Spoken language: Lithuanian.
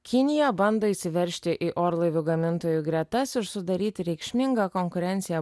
kinija bando įsiveržti į orlaivių gamintojų gretas ir sudaryti reikšmingą konkurenciją